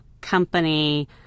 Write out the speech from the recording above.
company